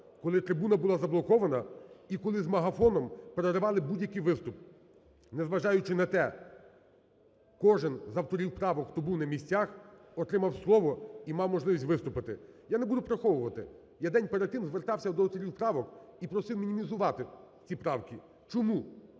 коли трибуна була заблокована і коли з мегафоном перебивали будь-який виступ. Незважаючи на те, кожен з авторів правок, хто був на місцях отримав слово і мав можливість виступити. Я не буду приховувати, я за день перед тим звертався до авторів правок і просив мінімізувати ці правки. Чому?